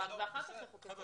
ואחר כך יחוקקו חוק.